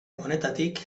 honetatik